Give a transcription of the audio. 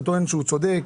אתה טוען שהוא צודק,